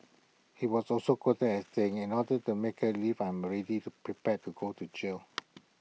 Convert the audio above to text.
he was also quoted as saying in order to make her leave I'm already to prepared to go to jail